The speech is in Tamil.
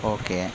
ஓகே